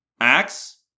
Axe